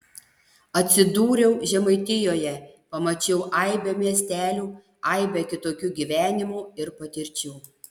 atsidūriau žemaitijoje pamačiau aibę miestelių aibę kitokių gyvenimų ir patirčių